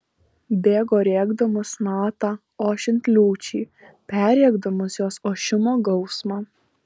bėgo rėkdamas natą ošiant liūčiai perrėkdamas jos ošimo gausmą